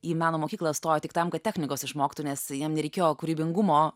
į meno mokyklą stojo tik tam kad technikos išmoktų nes jam nereikėjo kūrybingumo